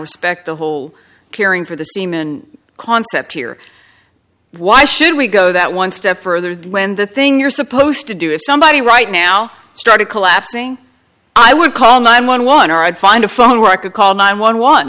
respect the whole caring for the seamen concept here why should we go that one step further when the thing you're supposed to do if somebody right now started collapsing i would call nine one one i'd find a phone where i could call nine one one